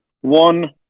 One